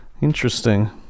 interesting